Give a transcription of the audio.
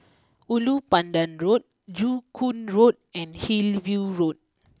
Ulu Pandan Road Joo Koon Road and Hillview Road